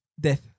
death